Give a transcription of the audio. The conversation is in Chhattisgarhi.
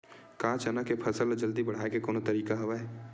का चना के फसल ल जल्दी बढ़ाये के कोनो तरीका हवय?